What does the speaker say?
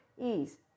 ease